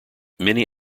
many